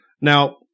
now